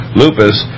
lupus